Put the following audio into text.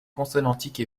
consonantiques